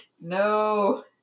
no